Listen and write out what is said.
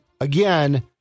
again